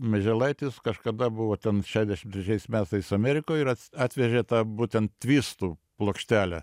mieželaitis kažkada buvo ten šešiasdešim trečiais metais amerikoj ir atvežė tą būtent tvistų plokštelę